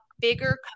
bigger